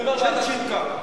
מאחר שאתה הערת לו על דבריו.